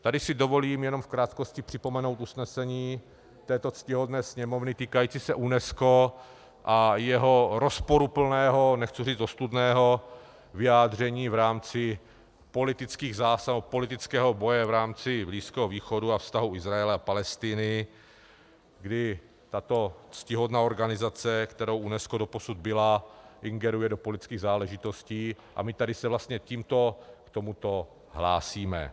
Tady si dovolím jenom v krátkosti připomenout usnesení této ctihodné Sněmovny týkající se UNESCO a jeho rozporuplného, nechci říct ostudného vyjádření v rámci politických zásahů nebo politického boje v rámci Blízkého východu a vztahu Izraele a Palestiny, kdy tato ctihodná organizace, kterou UNESCO doposud byla, ingeruje do politických záležitostí, a my se tady vlastně tímto k tomuto hlásíme.